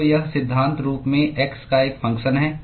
तो यह सिद्धांत रूप में x का एक फंगक्शन है